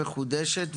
מחודשת,